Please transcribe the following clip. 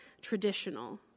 traditional